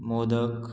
modak